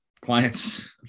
clients